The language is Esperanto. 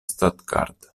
stuttgart